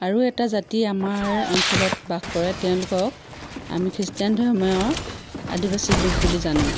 আৰু এটা জাতি আমাৰ অঞ্চলত বাস কৰে তেওঁলোকক আমি খ্ৰীষ্টানধৰ্মীয় আদিবাসী লোক বুলি জানো